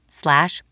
slash